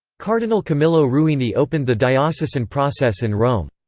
cardinal camillo ruini opened the diocesan process in rome.